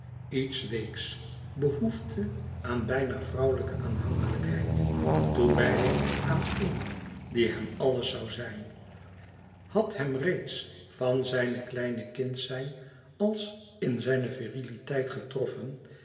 iets weeks behoefte aan bijna vrouwelijke aanhankelijkheid toewijding aan een die hem alles zoû zijn had hem reeds van zijne kleine kind zijn als in zijne viriliteit getroffen